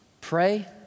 pray